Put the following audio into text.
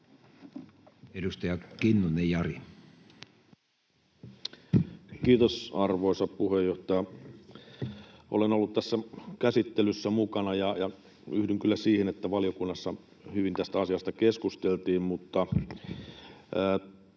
18:33 Content: Kiitos, arvoisa puheenjohtaja! Olen ollut tässä käsittelyssä mukana ja yhdyn kyllä siihen, että valiokunnassa hyvin tästä asiasta keskusteltiin, mutta